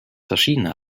verschiedene